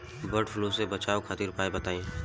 वड फ्लू से बचाव खातिर उपाय बताई?